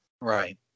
Right